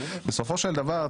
בסופו של דבר,